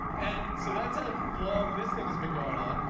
and and so that's how long this thing has been going on.